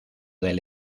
del